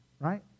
Right